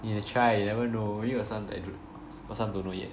you gotta try you never know maybe got some that d~ got some don't know yet